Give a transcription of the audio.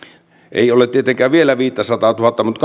ei ole tietenkään vielä viittäsataatuhatta mutta